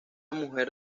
mujer